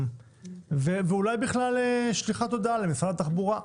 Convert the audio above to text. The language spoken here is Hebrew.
ואולי בכלל שליחת הודעה למשרד התחבורה: